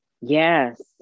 Yes